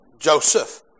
Joseph